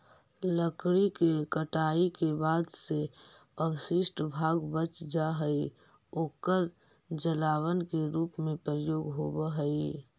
लकड़ी के कटाई के बाद जे अवशिष्ट भाग बच जा हई, ओकर जलावन के रूप में प्रयोग होवऽ हई